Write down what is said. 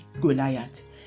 Goliath